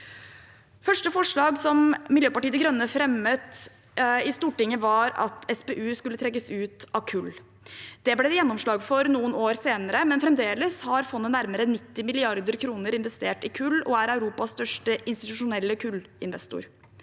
første forslaget som Miljøpartiet De Grønne fremmet i Stortinget, var at SPU skulle trekkes ut av kull. Det ble det gjennomslag for noen år senere, men fremdeles har fondet nærmere 90 mrd. kr investert i kull og er Europas største institusjonelle kullinvestor,